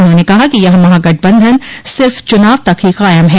उन्होंने कहा कि यह महागठबंधन सिर्फ चुनाव तक ही कायम है